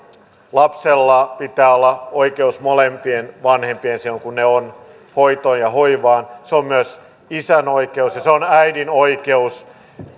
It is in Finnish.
lapsella pitää olla oikeus molempien vanhempien silloin kun ne on hoitoon ja hoivaan se on myös isän oikeus ja se on äidin oikeus